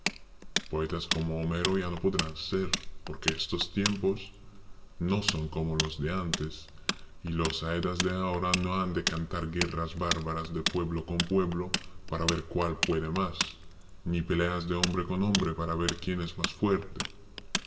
poetas como homero ya no podrán ser porque estos tiempos no son como los de antes y los aedas de ahora no han de cantar guerras bárbaras de pueblo con pueblo para ver cuál puede más ni peleas de hombre con hombre para ver quién es más fuerte